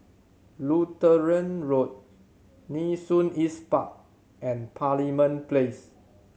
Lutheran Road Nee Soon East Park and Parliament Place